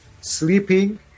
sleeping